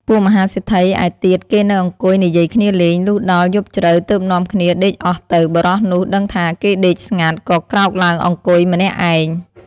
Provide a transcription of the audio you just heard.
ពួកមហាសេដ្ឋីឯទៀតគេនៅអង្គុយនិយាយគ្នាលេង លុះដល់ យប់ជ្រៅទើបនាំគ្នាដេកអស់ទៅ បុរសនោះដឹងថាគេដេកស្ងាត់ ក៏ក្រោកឡើងអង្គុយ ម្នាក់ឯង ។